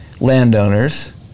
landowners